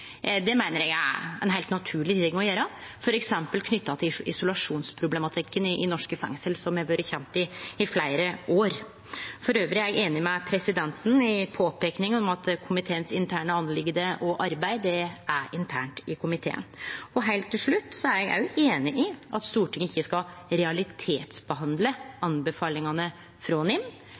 Det meiner eg er ein heilt naturleg ting å gjere, f.eks. knytt til isolasjonsproblematikken i norske fengsel, som har vore kjent i fleire år. Elles er eg einig med presidenten i påpeikinga av at komiteens interne saksarbeid er internt i komiteen. Heilt til slutt: Eg er òg einig i at Stortinget ikkje skal realitetsbehandle anbefalingane frå NIM.